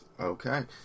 Okay